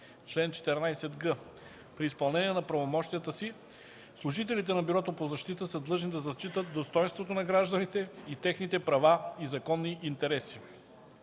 Чл. 14г. При изпълнение на правомощията си служителите на Бюрото по защита са длъжни да зачитат достойнството на гражданите и техните права и законни интереси.